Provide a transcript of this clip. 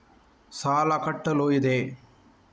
ಸಾಲ ಕಟ್ಟಲು ಇದೆ